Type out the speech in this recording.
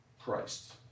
Christ